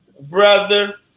brother